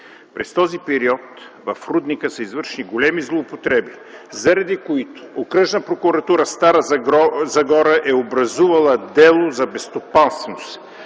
През този период в рудника са извършени големи злоупотреби, заради които Окръжна прокуратура – Стара Загора, е образувала дело за безстопанственост.